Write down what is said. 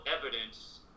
evidence